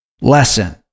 Lesson